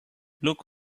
look